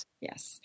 Yes